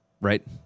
right